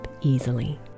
easily